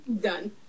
Done